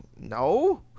No